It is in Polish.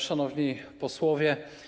Szanowni Posłowie!